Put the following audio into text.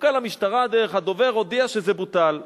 מפכ"ל המשטרה, דרך הדובר, הודיע שזה בוטל.